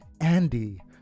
Andy